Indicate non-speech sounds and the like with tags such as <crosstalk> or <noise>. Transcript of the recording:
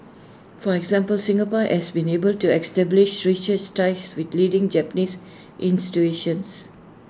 for example Singapore has been able to establish <unintelligible> ties with leading Japanese <unintelligible>